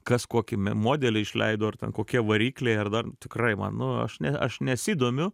kas kokį modelį išleido ar ten kokie varikliai ar dar tikrai man nu aš ne aš nesidomiu